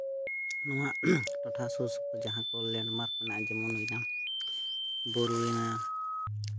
ᱱᱚᱣᱟ ᱴᱚᱴᱷᱟ ᱥᱩᱨᱼᱥᱩᱯᱩᱨ ᱡᱟᱦᱟᱸ ᱠᱚ ᱞᱮᱱᱰᱢᱟᱨᱠ ᱢᱮᱱᱟᱜᱼᱟ ᱡᱮᱢᱚᱱ ᱵᱩᱨᱩ ᱨᱮᱱᱟᱜ